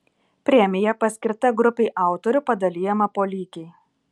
premija paskirta grupei autorių padalijama po lygiai